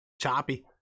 Choppy